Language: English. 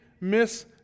miss